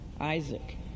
Isaac